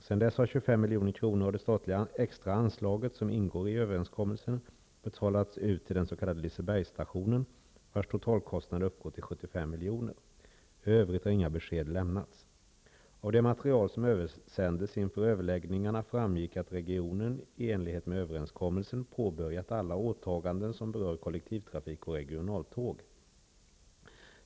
Sedan dess har 25 mkr av det statliga extra anslaget, som ingår i överenskommelsen, betalats ut till den s.k. 75 mkr. I övrigt har inga besked lämnats. Av det material som översändes inför överläggningarna framgick att regionen, i enlighet med överenskommelsen, båbörjat alla åtaganden som berör kollektivtrafik och regionaltåg.